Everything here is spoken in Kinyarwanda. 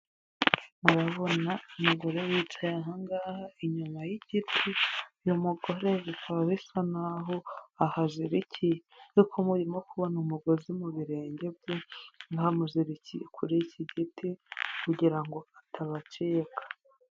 Murabona umugore yicaye aha ngaha inyuma y'igiti, uyu mugore bikaba bisa naho ahazirikiye, yuko murimo kubona umugozi mu birenge bye, bamuzirikiye kuri iki giti kugira ngo atabacika.